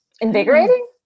Invigorating